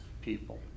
people